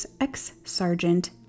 Ex-Sergeant